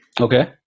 Okay